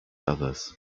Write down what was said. others